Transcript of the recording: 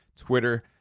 Twitter